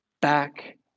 back